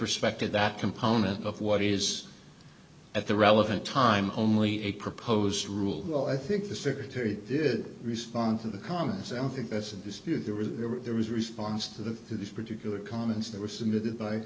respect to that component of what is at the relevant time only a proposed rule i think the secretary did respond to the comments i don't think that's in dispute there were there was response to this particular comments that were submitted by